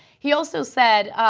he also said,